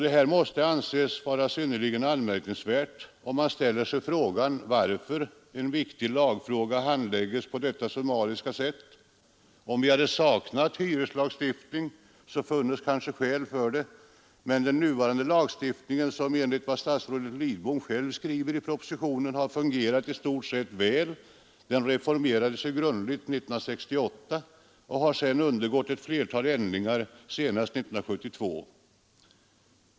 Detta måste anses vara synnerligen anmärkningsvärt, och man ställer sig frågan varför en viktig lagfråga handlägges på detta summariska sätt. Om vi hade saknat hyreslagstiftning, funnes kanske något skäl. Men den nuvarande lagstiftning, som enligt vad statsrådet Lidbom själv skriver i propositionen har fungerat i stort sett väl, reformerades grundligt 1968 och har sedan undergått ett flertal ändringar, senast 1972.